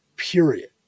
Period